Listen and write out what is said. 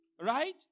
Right